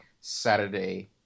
saturday